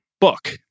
book